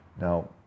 Now